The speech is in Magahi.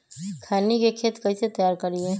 खैनी के खेत कइसे तैयार करिए?